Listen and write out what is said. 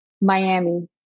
Miami